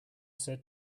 said